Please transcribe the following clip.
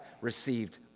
received